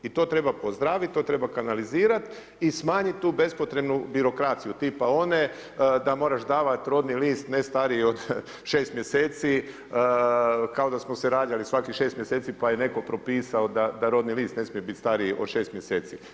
I to treba pozdraviti, to treba kanalizirati i smanjiti tu bespotrebnu birokraciju tipa one da moraš davati rodni list ne stariji od 6mj kao da smo se rađali svakih 6 mjeseci pa je netko propisao da rodni list ne smije biti stariji od 6 mjeseci.